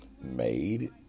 made